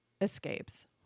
escapes